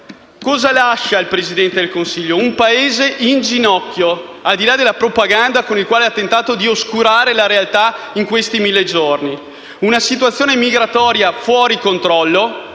generazioni. Il Presidente del Consiglio lascia un Paese in ginocchio, al di là della propaganda con la quale ha tentato di oscurare la realtà nei mille giorni: una situazione migratoria fuori controllo